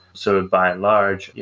so by and large, yeah,